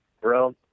Bro